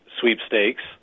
sweepstakes